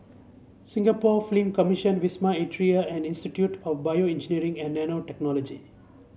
Singapore Film Commission Wisma Atria and Institute of BioEngineering and Nanotechnology